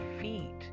feet